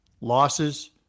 losses